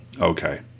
Okay